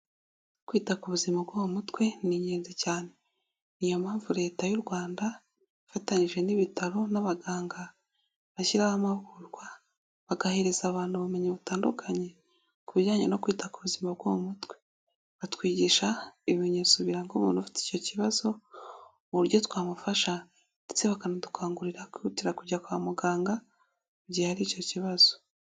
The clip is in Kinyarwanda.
Kwita ku buzima bwo mutwe ni ingenzi cyane, ni yo mpamvu leta y'u Rwanda ifatanyije n'ibitaro n'abaganga bashyiraho amahugurwa bagahereza abantu ubumenyi butandukanye, ku bijyanye no kwita ku buzima bwo mutwe, batwigisha ibimenyetso biranga umuntu ufite icyo kibazo uburyo twamufasha ndetse bakanadukangurira kwihutira kujya kwa muganga igihe hari icyo kibazo.